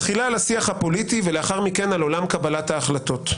תחילה לשיח הפוליטי ולאחר מכן על עולם קבלת ההחלטות.